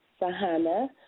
Sahana